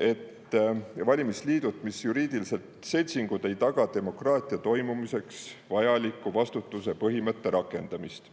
et valimisliidud, mis on juriidiliselt seltsingud, ei taga demokraatia toimimiseks vajaliku vastutuse põhimõtte rakendamist.